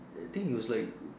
I think it was like